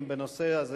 שמספרה 4056/18, והיא,